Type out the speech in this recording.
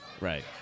Right